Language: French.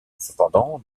cependant